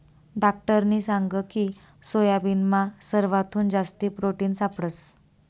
डाक्टरनी सांगकी सोयाबीनमा सरवाथून जास्ती प्रोटिन सापडंस